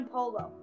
Polo